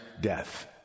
death